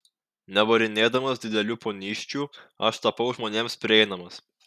nevarinėdamas didelių ponysčių aš tapau žmonėms prieinamas